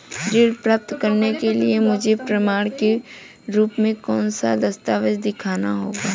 ऋण प्राप्त करने के लिए मुझे प्रमाण के रूप में कौन से दस्तावेज़ दिखाने होंगे?